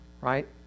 right